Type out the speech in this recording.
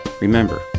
Remember